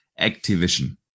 Activision